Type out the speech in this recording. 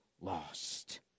lost